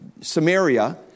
Samaria